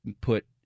put